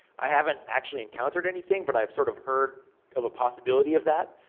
i haven't actually encountered anything, but i've sort of heard of a possibility of that.